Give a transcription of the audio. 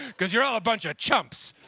because you're all a bunch of chumps.